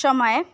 समय